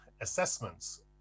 assessments